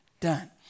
done